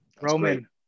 Roman